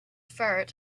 ferret